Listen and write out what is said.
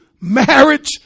marriage